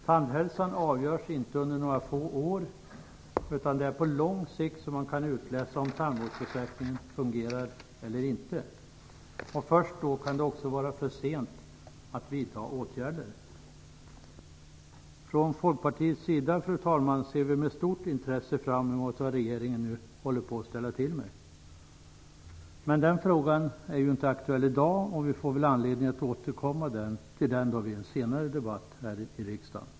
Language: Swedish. Tandhälsan avgörs inte under några få år, utan det är på lång sikt som man kan utläsa om tandvårdsersättningen fungerar eller inte. Då kan det vara för sent att vidta åtgärder. Från Folkpartiets sida, fru talman, ser vi med stort intresse fram emot vad regeringen nu håller på att ställa till med. Den frågan är inte aktuell i dag, och vi får anledning att återkomma till den vid en senare debatt här i riksdagen.